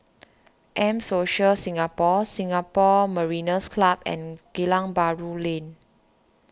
M Social Singapore Singapore Mariners' Club and Geylang Bahru Lane